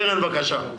קרן, בבקשה.